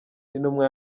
n’intumwa